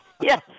yes